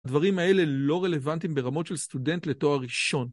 הדברים האלה לא רלוונטיים ברמות של סטודנט לתואר ראשון.